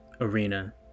arena